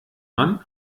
man